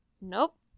nope